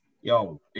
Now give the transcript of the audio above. yo